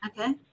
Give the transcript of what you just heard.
Okay